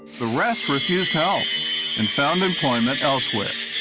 the rest refused help and found employment elsewhere.